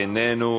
אינו נוכח.